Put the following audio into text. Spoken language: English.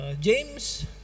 James